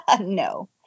no